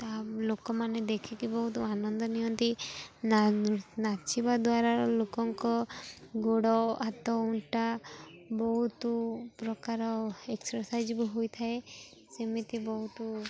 ତା ଲୋକମାନେ ଦେଖିକି ବହୁତ ଆନନ୍ଦ ନିଅନ୍ତି ନା ନାଚିବା ଦ୍ୱାରା ଲୋକଙ୍କ ଗୋଡ଼ ହାତ ଅଣ୍ଟା ବହୁତ ପ୍ରକାର ଏକ୍ସରସାଇଜ୍ ବି ହୋଇଥାଏ ସେମିତି ବହୁତ